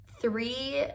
three